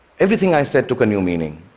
everything i said took a new meaning.